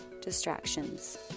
distractions